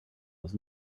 was